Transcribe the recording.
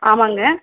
ஆமாங்க